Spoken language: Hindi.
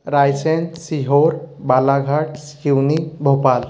रायसेन सीहोर बालाघाट सिवनी भोपाल